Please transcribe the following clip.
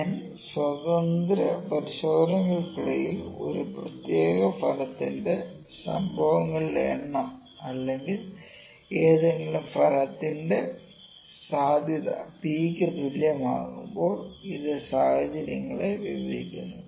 N സ്വതന്ത്ര പരിശോധനകൾക്കിടയിൽ ഒരു പ്രത്യേക ഫലത്തിന്റെ സംഭവങ്ങളുടെ എണ്ണം അല്ലെങ്കിൽ ഏതെങ്കിലും ഫലത്തിന്റെ സാധ്യത P യ്ക്ക് തുല്യമാകുമ്പോൾ ഇത് സാഹചര്യങ്ങളെ വിവരിക്കുന്നു